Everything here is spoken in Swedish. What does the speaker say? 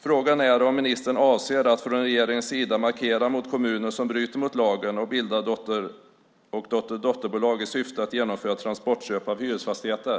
Frågan är om ministern avser att från regeringens sida markera mot kommuner som bryter mot lagen och bildar dotter och dotterdotterbolag i syfte att genomföra transportköp av hyresfastigheter.